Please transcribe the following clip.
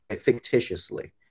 fictitiously